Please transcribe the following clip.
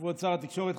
כבוד שר התקשורת,